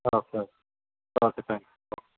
okay okay okay thanks